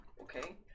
Okay